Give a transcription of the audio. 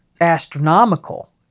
astronomical